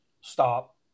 stop